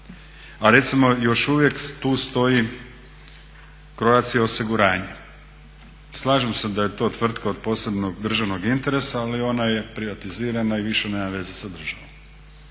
a recimo još uvijek tu stoji Croatia osiguranje. Slažem se da je to tvrtka od posebnog državnog interesa ali ona je privatizirana i više nema veze sa državom